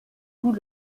tous